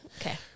Okay